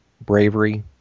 bravery